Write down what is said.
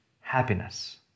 happiness